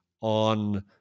on